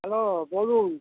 hello বলুন